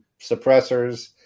suppressors